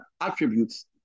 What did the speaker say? attributes